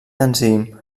enzim